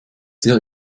sehr